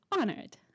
honored